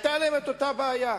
היתה להם אותה בעיה.